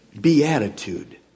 beatitude